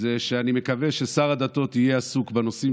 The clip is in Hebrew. זה שאני מקווה ששר הדתות יהיה עסוק בנושאים